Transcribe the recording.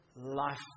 life